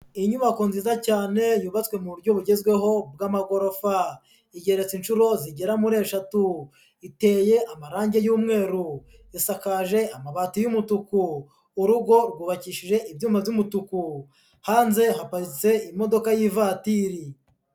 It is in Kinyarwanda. Inyubako nziza cyane yubatswe mu buryo bugezweho bw'amagorofa, igeretse inshuro zigera muri eshatu. Iteye amarangi y'umweru, isakaje amabati y'umutuku, urugo rwubakishije ibyuma by'umutuku, hanze haparitse imodoka y'ivatiri.